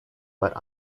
but